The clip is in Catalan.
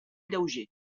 lleuger